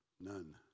None